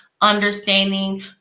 understanding